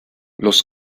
los